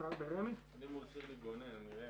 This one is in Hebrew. את הדבר הזה,